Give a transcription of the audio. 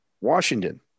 Washington